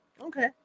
Okay